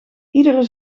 iedere